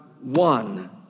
one